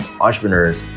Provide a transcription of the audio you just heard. entrepreneurs